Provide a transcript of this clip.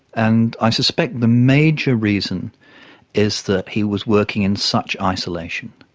and i suspect the major reason is that he was working in such isolation.